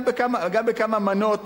גם בכמה מנות